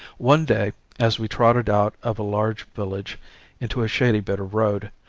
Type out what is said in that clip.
one day, as we trotted out of a large village into a shady bit of road,